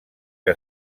que